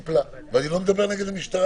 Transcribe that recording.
ואני לא מדבר נגד המשטרה,